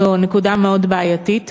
זו נקודה מאוד בעייתית,